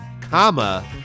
comma